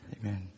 Amen